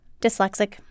Dyslexic